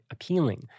appealing